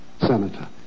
Senator